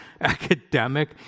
academic